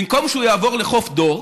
במקום שהוא יעבור לחוף דור